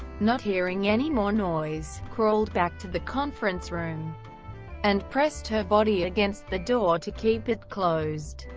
not hearing any more noise, crawled back to the conference room and pressed her body against the door to keep it closed.